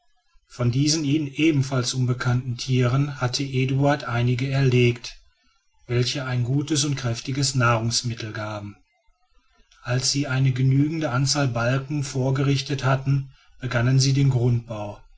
von diesen ihnen ebenfalls unbekannten tieren hatte eduard einige erlegt welche ein gutes und kräftiges nahrungsmittel gaben als sie eine genügende anzahl balken vorgerichtet hatten begannen sie den grundbau